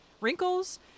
wrinkles